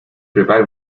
prepare